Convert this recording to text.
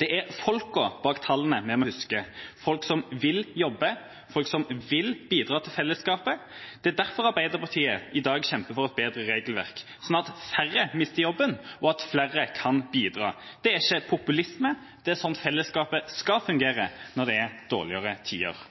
Det er folkene bak tallene vi må huske, folk som vil jobbe, folk som vil bidra til fellesskapet. Det er derfor Arbeiderpartiet i dag kjemper for et bedre regelverk, slik at færre mister jobben, og slik at flere kan bidra. Det er ikke populisme – det er slik fellesskapet skal fungere når det er dårligere tider.